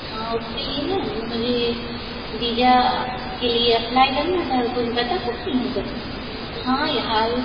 हाँ उसके लिए न मुझे वीजा के लिए अप्लाई करना था कुछ बता सकती हैं तुम हाँ यार